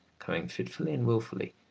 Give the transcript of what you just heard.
coming fitfully and wilfully,